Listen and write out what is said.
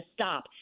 stop